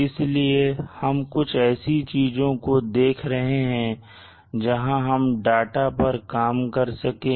इसलिए हम कुछ ऐसी चीजों को देख रहे हैं जहां हम डाटा पर काम कर सकें